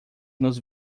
nos